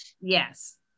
Yes